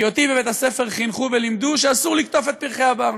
כי אותי בבית-הספר חינכו ולימדו שאסור לקטוף את פרחי הבר.